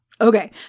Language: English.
Okay